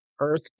Earth